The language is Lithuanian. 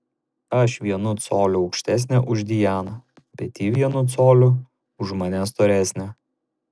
aš vienu coliu aukštesnė už dianą bet ji vienu coliu už mane storesnė